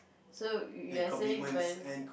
so you you are saying when